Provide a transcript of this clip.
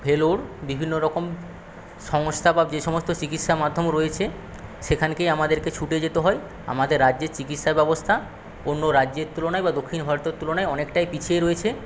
ভেলোর বিভিন্নরকম সংস্থা বা যে সমস্ত চিকিৎসা মাধ্যম রয়েছে সেখানেই আমাদেরকে ছুটে যেতে হয় আমাদের রাজ্যের চিকিৎসা ব্যবস্থা অন্য রাজ্যের তুলনায় বা দক্ষিণ ভারতের তুলনায় অনেকটাই পিছিয়ে রয়েছে